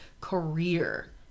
career